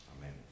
Amen